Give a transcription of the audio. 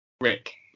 Rick